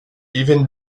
even